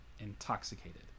intoxicated